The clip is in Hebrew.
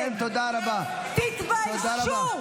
תתביישו.